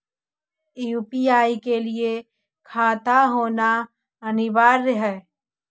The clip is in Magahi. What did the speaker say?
यु.पी.आई के लिए खाता होना अनिवार्य है?